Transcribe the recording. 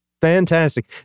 fantastic